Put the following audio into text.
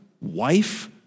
wife